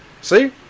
See